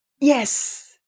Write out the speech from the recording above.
Yes